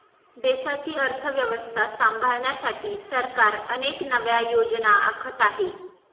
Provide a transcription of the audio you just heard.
देशाची अर्थव्यवस्था सांभाळण्यासाठी सरकार अनेक नव्या योजना आखत आहे